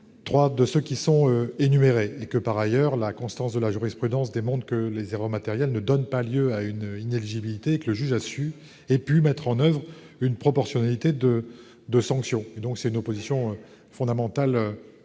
trois, parmi ceux qui sont énumérés. Par ailleurs, la constance de la jurisprudence montre que les erreurs matérielles ne donnent pas lieu à une inéligibilité et que le juge peut mettre en oeuvre une proportionnalité de sanctions. Cette différence de lecture fondamentale